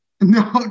no